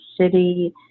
city